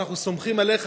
ואנחנו סומכים עליך,